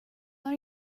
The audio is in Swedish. hade